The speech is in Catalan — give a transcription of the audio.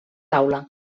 taula